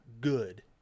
good